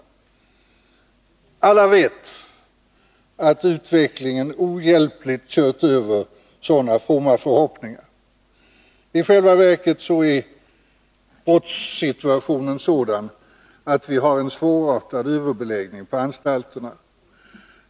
Alla vet att utvecklingen ohjälpligt kört över sådana fromma förhoppningar. I själva verket är brottssituationen sådan att vi har en svårartad överbeläggning på anstalterna.